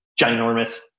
ginormous